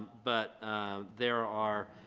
but there are.